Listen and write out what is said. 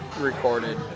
recorded